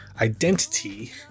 identity